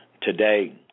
today